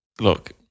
look